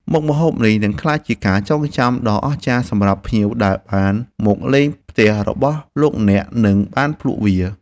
មុខម្ហូបនេះនឹងក្លាយជាការចងចាំដ៏អស្ចារ្យសម្រាប់ភ្ញៀវដែលបានមកលេងផ្ទះរបស់លោកអ្នកនិងបានភ្លក់វា។